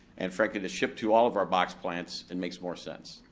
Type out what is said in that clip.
and frankly to ship to all of our box plants, it makes more sense.